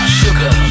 sugar